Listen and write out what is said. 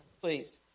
please